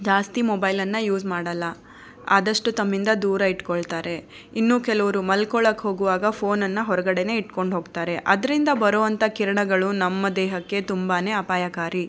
ಜಾಸ್ತಿ ಮೊಬೈಲನ್ನು ಯೂಸ್ ಮಾಡೋಲ್ಲ ಆದಷ್ಟು ತಮ್ಮಿಂದ ದೂರ ಇಟ್ಕೊಳ್ತಾರೆ ಇನ್ನೂ ಕೆಲವರು ಮಲ್ಕೊಳೋಕ್ ಹೋಗುವಾಗ ಫೋನನ್ನು ಹೊರಗಡೆನೇ ಇಟ್ಕೊಂಡೋಗ್ತಾರೆ ಅದರಿಂದ ಬರೋವಂಥ ಕಿರಣಗಳು ನಮ್ಮ ದೇಹಕ್ಕೆ ತುಂಬಾ ಅಪಾಯಕಾರಿ